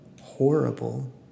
horrible